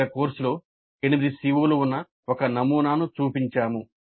ఇక్కడ కోర్సులో 8 CO లు ఉన్న ఒక నమూనాను చూపించాము